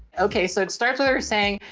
okay. so it starts with her saying,